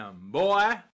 boy